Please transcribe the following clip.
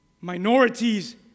Minorities